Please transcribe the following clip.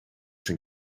zijn